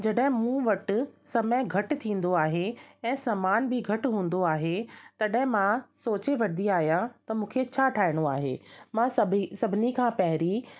जॾहिं मूं वटि समय घटि थींदो आहे ऐं समान बि घटि हूंदो आहे तॾहिं मां सोचे वठंदी आहियां कि मूंखे छा ठाहिणो आहे मां सभी सभिनी खां पहिरीं